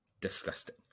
disgusting